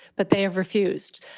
but they have refused.